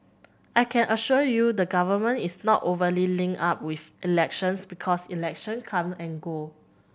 I can assure you the Government is not overly linked up with elections because election come and go